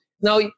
now